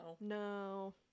no